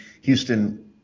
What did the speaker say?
Houston